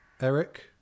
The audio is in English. Eric